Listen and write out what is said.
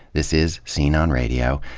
this is scene on radio.